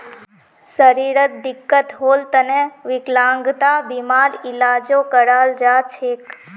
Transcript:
शरीरत दिक्कत होल तने विकलांगता बीमार इलाजो कराल जा छेक